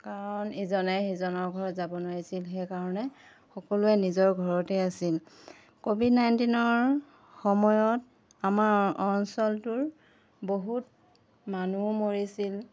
কাৰণ ইজনে সিজনৰ ঘৰত যাব নোৱাৰিছিল সেইকাৰণে সকলোৱে নিজৰ ঘৰতে আছিল ক'ভিড নাইণ্টিনৰ সময়ত আমাৰ অঞ্চলটোৰ বহুত মানুহো মৰিছিল